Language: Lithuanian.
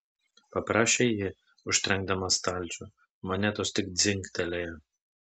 paprašė ji užtrenkdama stalčių monetos tik dzingtelėjo